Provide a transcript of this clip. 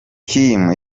kim